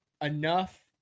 enough